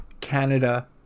Canada